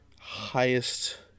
highest